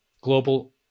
global